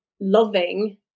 loving